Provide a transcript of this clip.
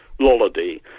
Lollardy